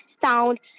sound